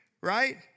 right